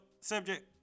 subject